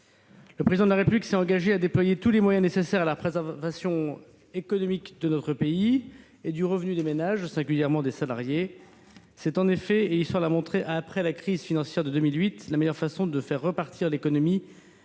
Le Président de la République s'est engagé à déployer tous les moyens nécessaires à la préservation de l'économie de notre pays, du revenu des ménages et des salariés. C'est en effet- l'histoire l'a montré en 2008 -la meilleure façon de faire repartir l'économie